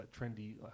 trendy